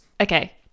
Okay